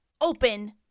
Open